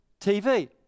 TV